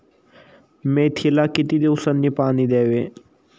मेथीला किती दिवसांनी पाणी द्यावे?